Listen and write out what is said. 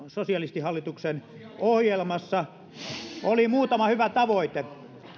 sosialistihallituksen ohjelmassa oli muutama hyvä tavoite